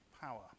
power